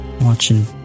watching